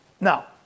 Now